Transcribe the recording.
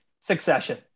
succession